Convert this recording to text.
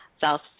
South